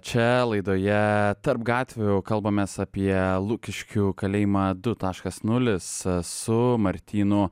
čia laidoje tarp gatvių kalbamės apie lukiškių kalėjimą du taškas nulis su martynu